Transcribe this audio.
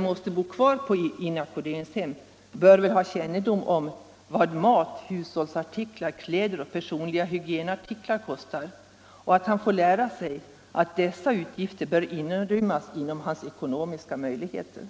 måste bo kvar på inackorderingshemmet bör väl ha kännedom om vad mat, hushållsartiklar, kläder och personliga hygienartiklar kostar och få lära sig att dessa utgifter bör rymmas inom deras ekonomiska möjligheter.